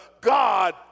God